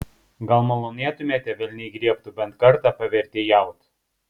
gal malonėtumėte velniai griebtų bent kartą pavertėjaut